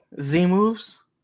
Z-moves